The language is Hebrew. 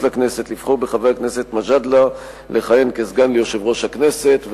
לכנסת לבחור בחבר הכנסת מג'אדלה לכהן כסגן ליושב-ראש הכנסת.